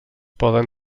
poden